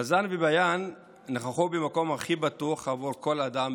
רזאן וביאן נכחו במקום הכי בטוח עבור כל אדם,